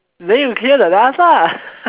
then you clear the last lah